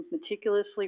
meticulously